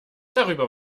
darüber